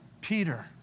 Peter